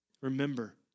remember